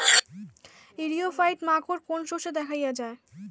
ইরিও ফাইট মাকোর কোন শস্য দেখাইয়া যায়?